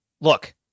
Look